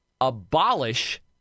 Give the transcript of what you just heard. Abolish